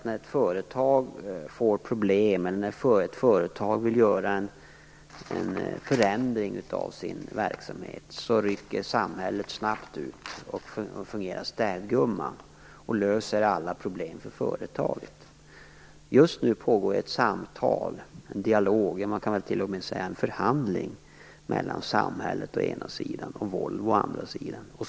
När ett företag får problem eller vill göra en förändring av sin verksamhet rycker samhället snabbt ut, agerar städgumma och löser alla problem för företaget. Just nu pågår ett samtal, man kan t.o.m. säga en förhandling, mellan samhället å ena sidan och Volvo å andra sidan.